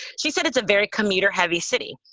she said it's a very commuter heavy city.